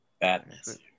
Badness